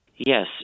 Yes